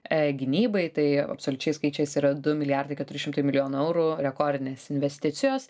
e gynybai tai absoliučiais skaičiais yra du milijardai keturi šimtai milijonų eurų rekordinės investicijos